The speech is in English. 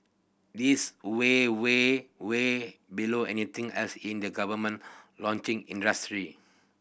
this way way way below anything else in the government launching industry